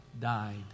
died